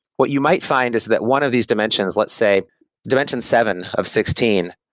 what you might find is that one of these dimensions, let's say dimension seven of sixteen,